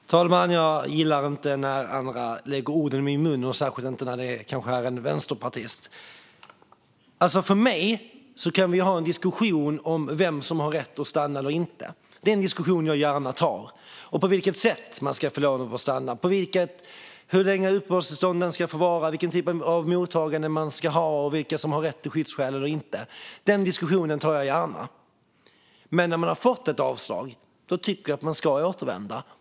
Fru talman! Jag gillar inte när andra lägger ord i min mun, kanske särskilt inte när det är en vänsterpartist. För mig kan vi ha en diskussion om vem som har rätt att stanna och inte. Det är en diskussion jag gärna tar, likaså på vilket sätt man ska få lov att stanna, hur länge uppehållstillstånden ska vara, vilken typ av mottagande vi ska ha och vilka som har skyddsskäl och inte. Den diskussionen tar jag gärna. Men när man har fått ett avslag tycker jag att man ska återvända.